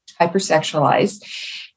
hypersexualized